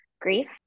grief